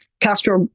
Castro